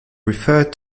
referred